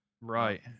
Right